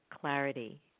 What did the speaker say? clarity